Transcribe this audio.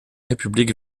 république